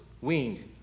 weaned